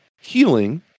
Healing